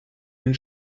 den